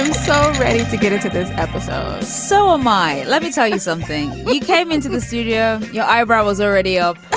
so ready to get into this episode so am i. let me tell you something. he came into the studio your eyebrow was already up.